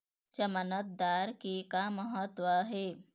जमानतदार के का महत्व हे?